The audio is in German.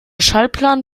schaltplan